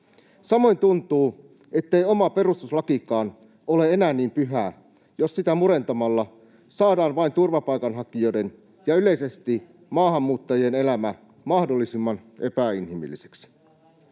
Samoin tuntuu, ettei oma perustuslakikaan ole enää niin pyhä, jos sitä murentamalla vain saadaan turvapaikanhakijoiden ja yleisesti maahanmuuttajien elämä mahdollisimman epäinhimilliseksi.